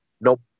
nope